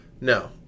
No